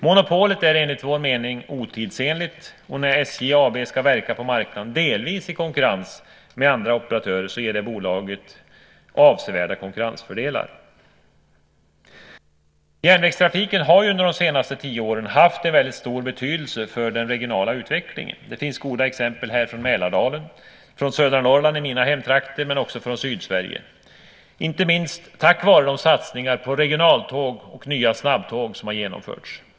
Monopolet är enligt vår mening otidsenligt, och när SJ AB ska verka på marknaden, delvis i konkurrens med andra operatörer, ger det bolaget avsevärda konkurrensfördelar. Järnvägstrafiken har under de senaste tio åren haft en väldigt stor betydelse för den regionala utvecklingen. Det finns goda exempel på det från Mälardalen, från södra Norrland - mina hemtrakter - men också från Sydsverige, inte minst tack vare de satsningar på regionaltåg och nya snabbtåg som har genomförts.